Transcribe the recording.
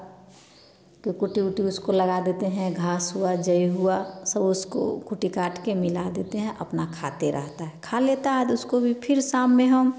कूटी वूटी उसको लगा देते हैं घास हुआ जो हुआ सब उसको खूँटी काट कर मिला देते हैं अपना खाते रहता है खा लेता है तो उसको भी फिर शाम में हम